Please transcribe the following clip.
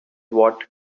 what